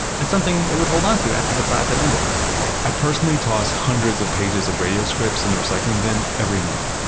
and something they would hold onto after the class had ended i personally toss hundreds of pages of radio scripts in the recycling bin every month,